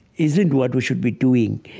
isn't what we should be doing.